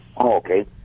okay